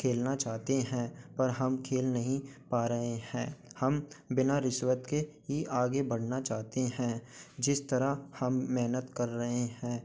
खेलना चाहते हैं पर हम खेल नहीं पा रहे हैं हम बिना रिश्वत के ही आगे बढ़ना चाहते हैं जिस तरह हम मेहनत कर रहे हैं